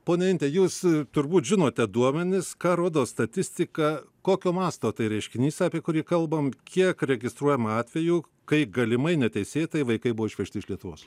ponia inte jūs turbūt žinote duomenis ką rodo statistika kokio masto tai reiškinys apie kurį kalbam kiek registruojama atvejų kai galimai neteisėtai vaikai buvo išvežti iš lietuvos